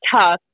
tough